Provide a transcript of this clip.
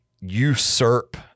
usurp